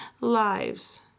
lives